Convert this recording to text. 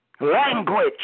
language